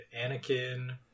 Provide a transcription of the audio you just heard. Anakin-